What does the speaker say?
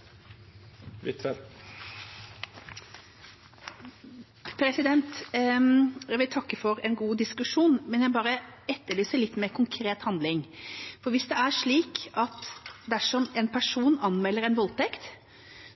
så måte. Jeg vil takke for en god diskusjon, men jeg bare etterlyser litt mer konkret handling. For hvis det er slik at dersom en person anmelder en voldtekt,